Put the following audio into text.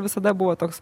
visada buvo toks